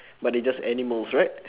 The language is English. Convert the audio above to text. but they just animals right